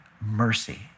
mercy